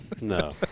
No